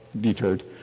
deterred